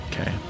Okay